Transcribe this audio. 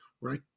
right